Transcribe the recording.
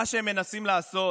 מה שהם מנסים לעשות